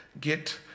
get